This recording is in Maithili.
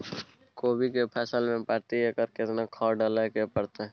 कोबी के फसल मे प्रति एकर केतना खाद डालय के परतय?